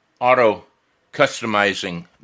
auto-customizing